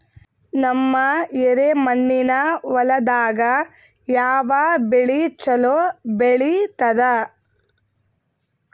ನಮ್ಮ ಎರೆಮಣ್ಣಿನ ಹೊಲದಾಗ ಯಾವ ಬೆಳಿ ಚಲೋ ಬೆಳಿತದ?